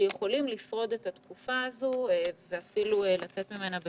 שיכולים לשרוד את התקופה הזו ואפילו לצאת ממנה בשלום,